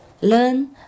Learn